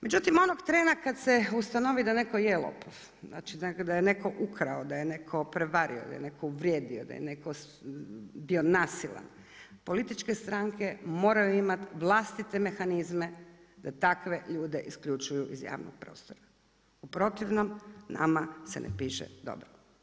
Međutim onog trena kada se ustanovi da netko je lopov, znači da je neko ukrao, da je neko prevario, da je neko uvrijedio, da je neko bio nasilan političke stranke moraju imati vlastite mehanizme da takve ljude isključuju iz javnog prostora, u protivnom nama se ne piše dobro.